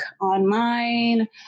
online